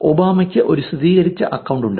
ഒബാമയ്ക്ക് ഒരു സ്ഥിരീകരിച്ച അക്കൌണ്ട് ഉണ്ട്